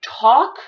talk